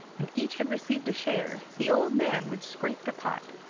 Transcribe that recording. and each had received a share, the old man would scrape the pot.